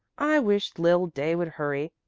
i wish lil day would hurry.